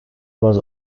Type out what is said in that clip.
was